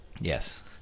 Yes